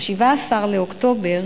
ב-17 באוקטובר